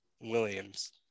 Williams